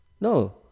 No